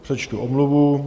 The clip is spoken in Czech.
Přečtu omluvu.